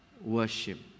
worship